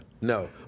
No